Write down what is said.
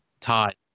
Todd